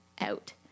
out